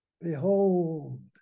Behold